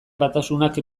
batasunak